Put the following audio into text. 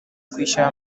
kwishyura